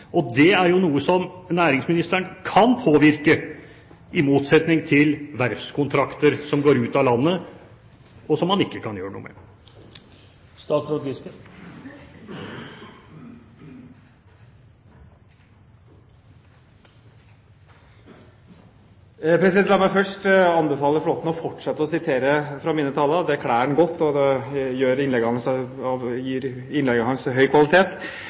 er noe næringsministeren kan påvirke, i motsetning til verftskontrakter som går ut av landet, og som han ikke kan gjøre noe med. La meg først anbefale Flåtten å fortsette å sitere fra mine taler. Det kler ham godt, og det gir innleggene